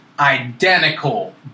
identical